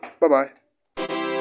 Bye-bye